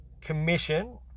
commission